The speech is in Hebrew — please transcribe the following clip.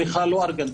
לא?